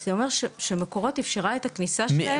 זה אומר שמקורות אפשרה את הכניסה שלהם